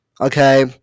Okay